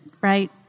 right